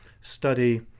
study